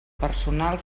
personal